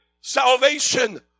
salvation